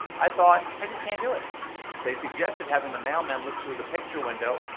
i thought, i just can't do it they suggested having the mailman look through the picture window,